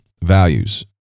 Values